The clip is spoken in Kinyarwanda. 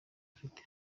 mfite